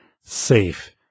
safe